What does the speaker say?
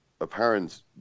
apparent